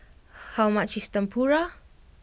how much is Tempura